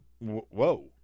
Whoa